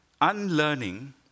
Unlearning